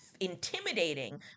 intimidating